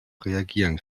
reagieren